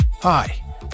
Hi